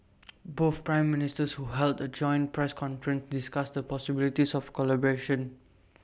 both Prime Ministers who heard A joint press conference discussed the possibilities of collaboration